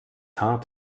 hart